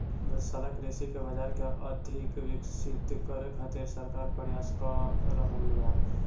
दुग्धशाला कृषि के बाजार के अधिक विकसित करे खातिर सरकार प्रयास क रहल बा